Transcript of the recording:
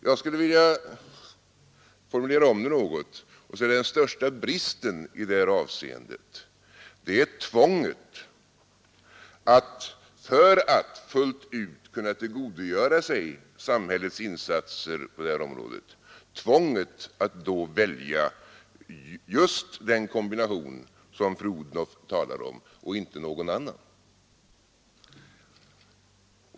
Jag skulle vilja formulera om det något och säga att den största bristen i detta avseende är tvånget att, för att fullt ut kunna tillgodogöra sig samhällets insatser på detta område, välja just den kombination som fru Odhnoff talade om och inte någon annan.